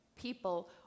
people